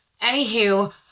Anywho